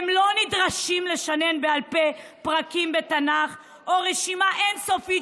והם לא נדרשים לשנן בעל פה פרקים בתנ"ך או רשימה אין-סופית